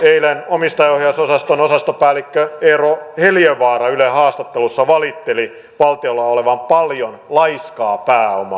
eilen omistajaohjausosaston osastopäällikkö eero heliövaara ylen haastattelussa valitteli valtiolla olevan paljon laiskaa pääomaa